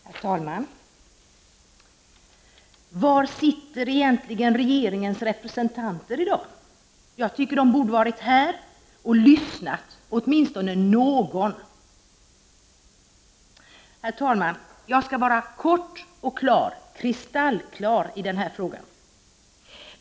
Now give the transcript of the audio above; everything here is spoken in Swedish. Herr talman! Var sitter egentligen regeringens representanter i dag? Jag tycker att de borde ha varit här och lyssnat — åtminstone någon av dem. Herr talman! Jag skall vara kort och klar, kristallklar, i denna fråga.